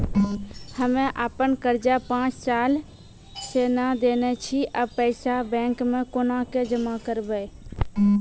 हम्मे आपन कर्जा पांच साल से न देने छी अब पैसा बैंक मे कोना के जमा करबै?